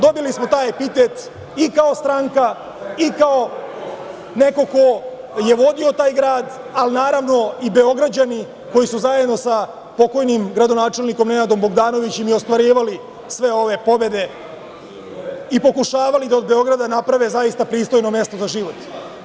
Dobili smo taj epitet i kao stranka i kao neko ko je vodio taj grad, a naravno i Beograđani koji su zajedno sa pokojnim gradonačelnikom Nenadom Bogdanovićem i ostvarivali sve ove pobede i pokušavali da od Beograda naprave zaista pristojno mesto za život.